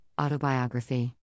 autobiography